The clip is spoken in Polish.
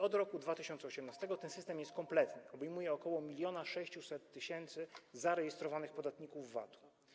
Od roku 2018 ten system jest kompletny, obejmuje ok. 1600 tys. zarejestrowanych podatników VAT.